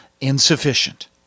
insufficient